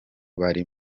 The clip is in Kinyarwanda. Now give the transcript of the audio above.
bari